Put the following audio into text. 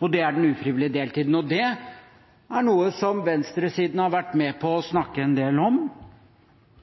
og det er den ufrivillige deltiden. Det er noe som venstresiden har vært med på å snakke en del om,